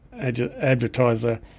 advertiser